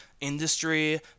industry